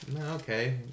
Okay